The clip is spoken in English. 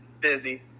busy